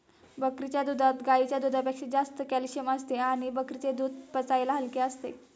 बकरीच्या दुधात गाईच्या दुधापेक्षा जास्त कॅल्शिअम असते आणि बकरीचे दूध पचायला हलके असते